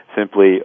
simply